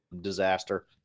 disaster